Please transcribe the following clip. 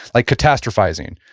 like catastrophizing,